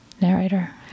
narrator